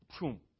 Boom